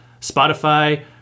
Spotify